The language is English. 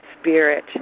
spirit